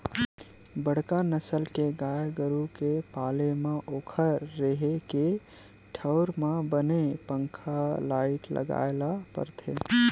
बड़का नसल के गाय गरू के पाले म ओखर रेहे के ठउर म बने पंखा, लाईट लगाए ल परथे